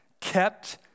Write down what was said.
kept